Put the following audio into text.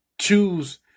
choose